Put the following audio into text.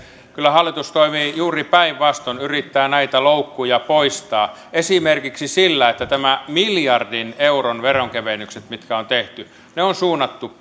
kyllä hallitus toimii juuri päinvastoin yrittää näitä loukkuja poistaa esimerkiksi sillä että nämä miljardin euron veronkevennykset mitkä on tehty on suunnattu